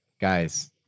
guys